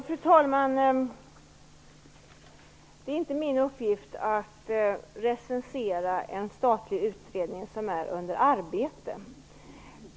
Fru talman! Det är inte min uppgift att recensera en statlig utredning som är under arbete.